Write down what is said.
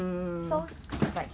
bursary like in